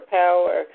power